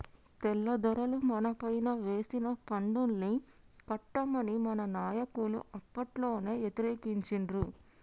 తెల్లదొరలు మనపైన వేసిన పన్నుల్ని కట్టమని మన నాయకులు అప్పట్లోనే యతిరేకించిండ్రు